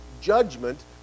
judgment